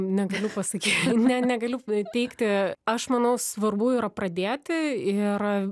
negaliu pasaky ne negaliu teigti aš manau svarbu yra pradėti ir